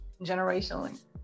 Generationally